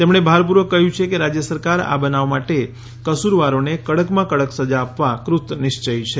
તેમણે ભારપૂર્વક કહ્યું છે કે રાજ્ય સરકાર આ બનાવ માટે કસૂરવારોને કડકમાં કડક સજા આપવા કૃતનિશ્પયી છે